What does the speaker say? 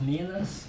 Minas